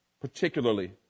particularly